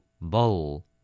Bowl